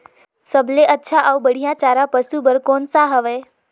सबले अच्छा अउ बढ़िया चारा पशु बर कोन सा हवय?